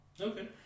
Okay